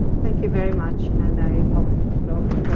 thank you very much, and i open the floor